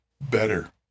better